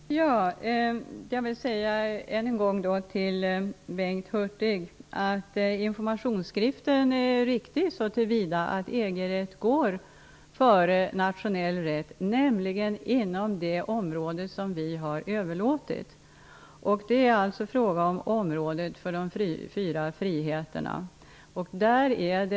Herr talman! Jag vill än en gång säga till Bengt Hurtig att informationsskriften är riktig så till vida att EG-rätt går före nationell rätt -- inom det område som vi har överlåtit. Det gäller de fyra friheterna.